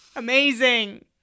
amazing